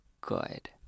good